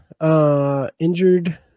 Injured